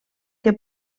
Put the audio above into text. que